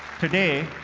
today,